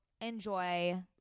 enjoy